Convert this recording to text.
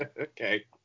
Okay